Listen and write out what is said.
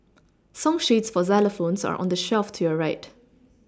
song sheets for xylophones are on the shelf to your right